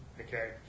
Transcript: Okay